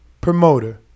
promoter